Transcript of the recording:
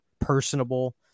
personable